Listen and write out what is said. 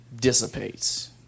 dissipates